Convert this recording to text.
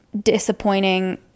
disappointing